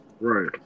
Right